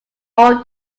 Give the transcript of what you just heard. all